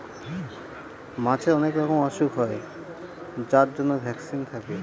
মাছের অনেক রকমের ওসুখ হয় যার জন্য ভ্যাকসিন থাকে